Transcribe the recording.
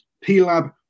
P-Lab